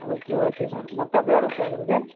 okay okay sir மொத்தம் அப்போ எவ்வளோ சார் வருது